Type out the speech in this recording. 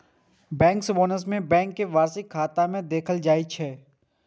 bankers bonus कें bank के वार्षिक खाता मे देखाएल जाइ छै